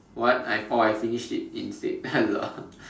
what I oh I finished it instead lol